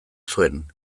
zuen